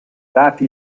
dati